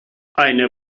eine